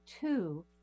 two